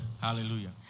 Hallelujah